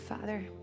Father